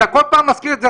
אתה כל פעם מזכיר את זה.